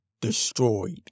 destroyed